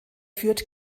führt